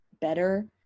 better